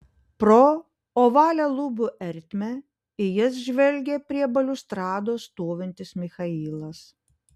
pro ovalią lubų ertmę į jas žvelgė prie baliustrados stovintis michailas